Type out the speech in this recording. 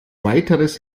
weiteres